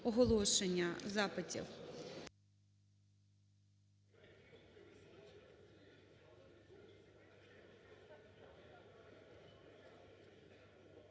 оголошення запитів.